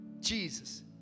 Jesus